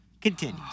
Continue